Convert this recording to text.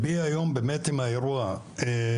כחושבים על כך שהנגב לבדו הוא כמעט 60 אחוזים